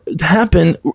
happen